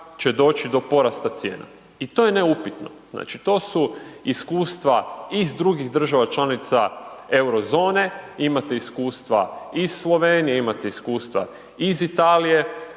će doći do porasta cijena i to je neupitno. Znači, to su iskustva iz drugih država članica euro zone, imate iskustva iz Slovenije, imate iskustva iz Italije